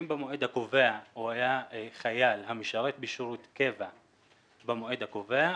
אם במועד הקובע הוא היה חייל המשרת בשירות קבע במועד הקובע,